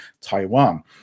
Taiwan